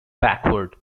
backward